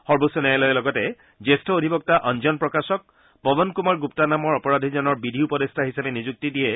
সৰ্বেচ্চ ন্যায়ালয়ে লগতে জ্যেষ্ঠ অধিবক্তা অঞ্জন প্ৰকাশক পৱন কুমাৰ গুপ্তা নামৰ অপৰাধীজনৰ বিধি উপদেষ্টা হিচাপে নিযুক্তি দিয়ে